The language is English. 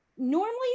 normally